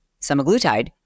semaglutide